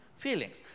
feelings